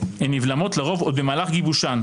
הן נבלמות לרוב עוד במהלך גיבושן,